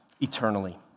eternally